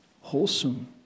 wholesome